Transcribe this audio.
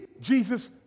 Jesus